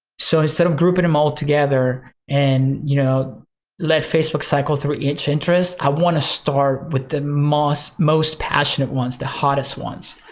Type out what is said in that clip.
so instead of grouping them all together and you know let facebook cycle through each interest, i wanna start with the most most passionate ones. the hottest ones,